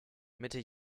mitte